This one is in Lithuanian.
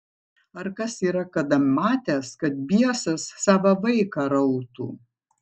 ar kas yra kada matęs kad biesas sava vaiką rautų